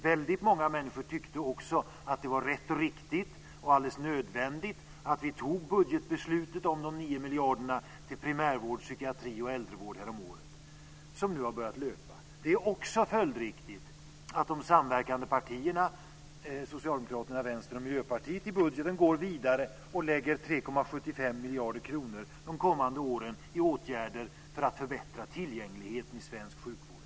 Väldigt många människor tyckte också att det var rätt och riktigt och alldeles nödvändigt att vi fattade budgetbeslutet om de 9 miljarderna till primärvård, psykiatri och äldrevård häromåret, en budget som nu har börjat löpa. Det är också följdriktigt att de samverkande partierna Socialdemokraterna, Vänstern och Miljöpartiet i budgeten går vidare och föreslår 3,75 miljarder kronor de kommande åren i åtgärder för att förbättra tillgängligheten i svensk sjukvård.